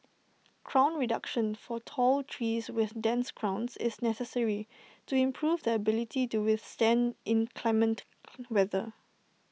crown reduction for tall trees with dense crowns is necessary to improve their ability to withstand inclement weather